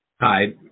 hi